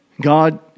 God